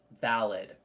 valid